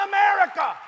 America